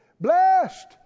Blessed